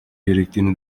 gerektiğini